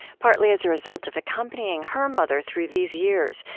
partly as a result of accompanying her mother through these years,